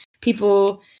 people